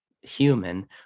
human